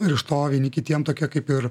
ir iš to vieni kitiem tokia kaip ir